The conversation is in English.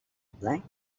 blank